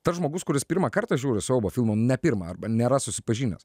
tas žmogus kuris pirmą kartą žiūri siaubo filmą nu ne pirmą arba nėra susipažinęs